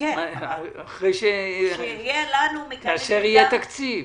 כאשר יהיה תקציב.